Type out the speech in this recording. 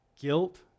guilt